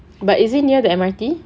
but isn't near the M_R_T